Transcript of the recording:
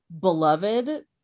beloved